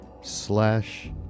slash